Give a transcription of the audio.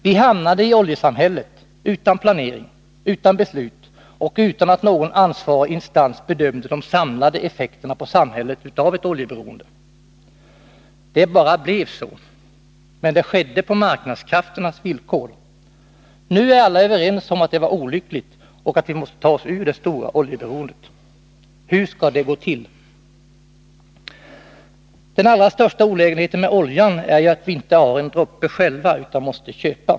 Vi hamnade i oljesamhället utan planering, utan beslut och utan att någon ansvarig instans bedömde de samlade effekterna på samhället av ett oljeberoende. Det bara blev så. Men det skedde på marknadskrafternas villkor. Nu är alla överens om att det var olyckligt och att vi måste ta oss ur det stora oljeberoendet. Hur skall det gå till? Den allra största olägenheten med oljan är ju att vi inte har en droppe själva utan måste köpa.